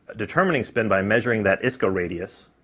determining spin by measuring that isco radius,